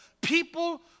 people